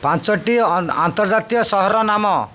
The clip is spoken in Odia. ପାଞ୍ଚଟି ଆନ୍ତର୍ଜାତୀୟ ସହର ନାମ